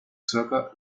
zirka